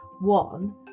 One